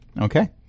Okay